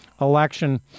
election